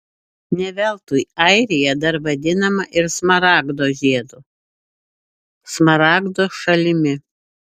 ne veltui airija dar vadinama ir smaragdo žiedu smaragdo šalimi